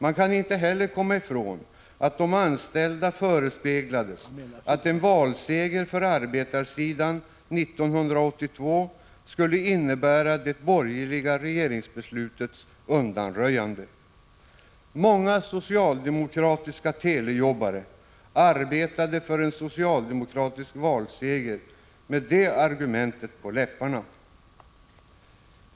Man kan inte heller komma ifrån att de anställda förespeglades att en valseger för arbetarsidan 1982 skulle innebära det borgerliga regeringsbeslutets undanröjande. Många socialdemokratiska telejobbare arbetade för en socialdemokratisk valseger med det argumentet på läpparna.